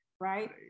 right